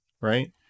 right